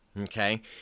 Okay